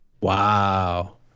Wow